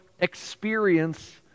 experience